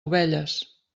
ovelles